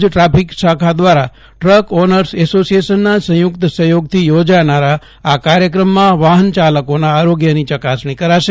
Bhuj traffic શાખા દ્વારા truck owners એસોસિયેશનના સંયુક્ત સહયોગથી યોજાનારા આ કાર્યક્રમમાં વાહન ચાલકોના આરોગ્યની ચકાસણી કરાશે